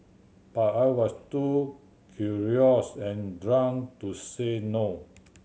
but I was too curious and drunk to say no